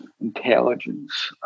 intelligence